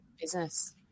business